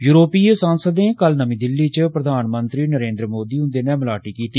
यूरोपीय सांसदें कल नमीं दिल्ली च प्रधानमंत्री नरेन्द्र मोदी हुंदे नै मलाटी कीती